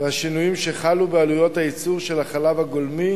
והשינויים שחלו בעלויות הייצור של החלב הגולמי,